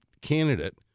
candidate